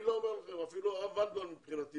אפילו הרב ולדמן זה